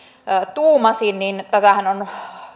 tuumasi tätähän on